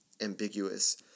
ambiguous